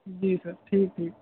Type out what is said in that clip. جی sir ٹھیک ٹھیک